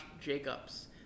Jacobs